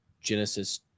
genesis